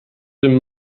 den